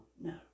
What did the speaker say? no